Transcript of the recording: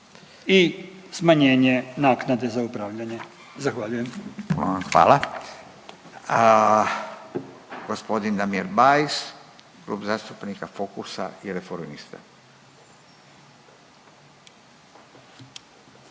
i smanjenje naknade za upravljanje. Zahvaljujem. **Radin, Furio (Nezavisni)** Hvala. Gospodin Damir Bajs, Klub zastupnika Fokusa i Reformista.